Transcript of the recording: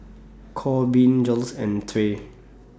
Corbin Jiles and Trae